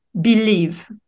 believe